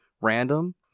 random